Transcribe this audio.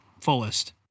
fullest